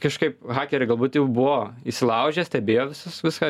kažkaip hakeriai galbūt jau buvo įsilaužę stebėjo visus viską